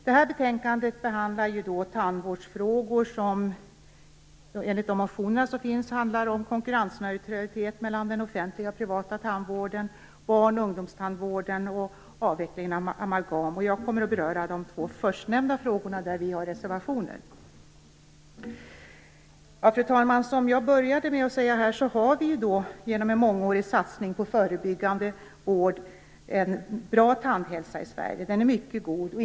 Det här betänkandet behandlar tandvårdsfrågor som enligt motionerna handlar om konkurrensneutralitet mellan den offentliga och privata tandvården, barn och ungdomstandvården och avvecklingen av amalgam. Jag kommer att beröra de två förstnämnda frågorna, där vi har reservationer. Fru talman! Som jag började med att säga har vi genom en mångårig satsning på förebyggande vård en bra tandhälsa i Sverige. Den är mycket god.